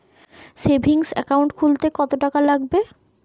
Savings account খুলতে কতটাকা লাগবে?